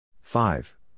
Five